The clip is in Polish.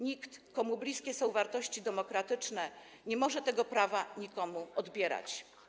Nikt, komu bliskie są wartości demokratyczne, nie może tego prawa nikomu odbierać.